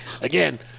Again